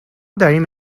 داریم